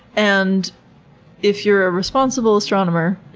and if you're a responsible astronomer,